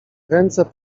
ręce